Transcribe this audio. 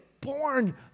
born